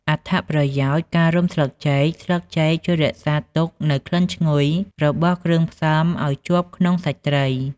អត្ថប្រយោជន៍ការរុំស្លឹកចេកស្លឹកចេកជួយរក្សាទុកនូវក្លិនឈ្ងុយរបស់គ្រឿងផ្សំឲ្យជាប់ក្នុងសាច់ត្រី។